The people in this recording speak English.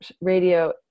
radio